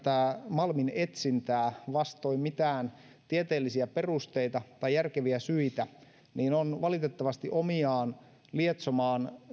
malminetsintää vastoin mitään tieteellisiä perusteita tai järkeviä syitä on valitettavasti omiaan lietsomaan